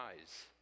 eyes